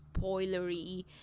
spoilery